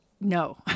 No